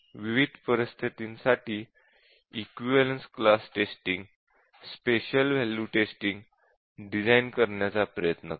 विविध परिस्थितींसाठी equivalence class testing special value testing design करण्याचा सराव करा